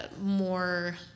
more